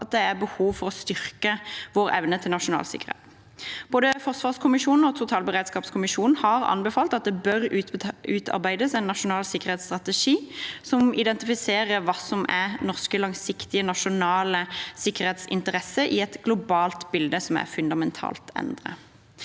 at det er behov for å styrke vår evne til nasjonal sikkerhet. Både forsvarskommisjonen og totalberedskapskommisjonen har anbefalt at det bør utarbeides en nasjonal sikkerhetsstrategi som identifiserer hva som er norske langsiktige nasjonale sikkerhetsinteresser i et globalt bilde som er fundamentalt endret.